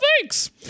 thanks